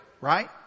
Right